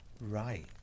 Right